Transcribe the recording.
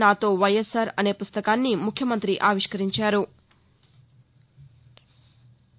నాతో వైయస్సార్ అనే పుస్తకాన్ని ముఖ్యమంతి ఆవిష్కరించారు